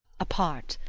apart.